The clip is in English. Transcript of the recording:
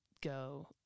go